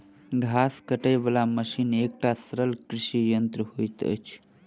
घास काटय बला मशीन एकटा सरल कृषि यंत्र होइत अछि